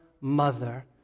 mother